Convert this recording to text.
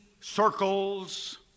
circles